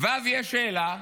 ואז יש שאלה: